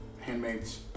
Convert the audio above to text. Handmaid's